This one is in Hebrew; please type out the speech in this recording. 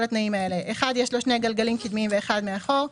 התנאים האלה: יש לו שני גלגלים קדמיים ואחד מאחור.